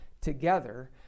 together